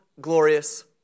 glorious